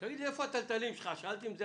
יש אומנים, אם זה